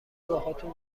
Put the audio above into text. باهاتون